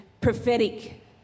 prophetic